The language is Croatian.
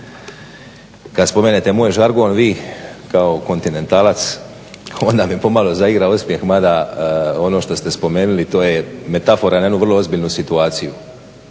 kada spomenete moj žargon, vi kao kontinentalac onda mi pomalo zaigra osmjeh, mada ono što ste spomenuli to je metafora na jednu vrlo ozbiljnu situaciju.